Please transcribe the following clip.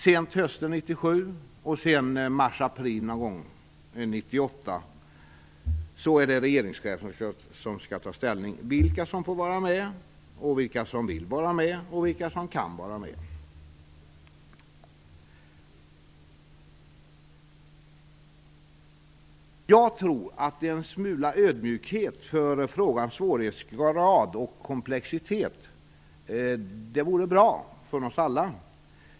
Sent på hösten 1997 och någon gång i mars-april 1998 skall regeringscheferna ta ställning till vilka som skall få vara med, vilka som vill och vilka som kan vara med. Jag tror att en smula ödmjukhet inför frågans svårighetsgrad och komplexitet vore bra för oss alla.